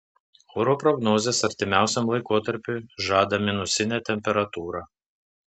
oro prognozės artimiausiam laikotarpiui žada minusinę temperatūrą